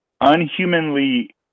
unhumanly